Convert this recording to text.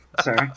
Sorry